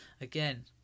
again